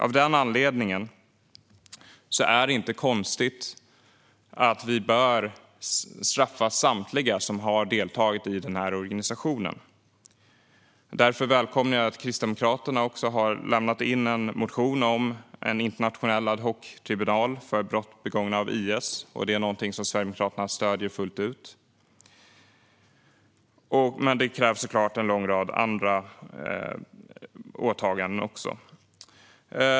Av den anledningen är det inte konstigt att vi bör straffa samtliga som har varit deltagare i organisationen. Därför välkomnar jag att Kristdemokraterna har väckt en motion om en internationell ad hoc-tribunal för brott begångna av IS. Det är något som Sverigedemokraterna stöder fullt ut, men det krävs såklart en lång rad andra åtaganden också.